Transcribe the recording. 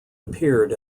appeared